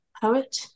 poet